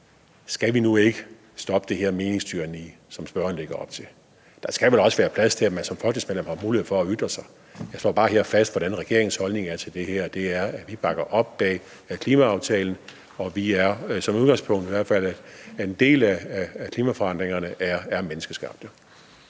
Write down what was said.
Skal vi nu ikke stoppe det her meningstyranni, som spørgeren lægger op til? Der skal vel også være plads til, at man som folketingsmedlem har mulighed for at ytre sig. Jeg slår bare fast her, hvordan regeringens holdning er til det her, og det er, at vi bakker op om klimaaftalen, og at en del af klimaforandringerne i hvert